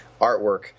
artwork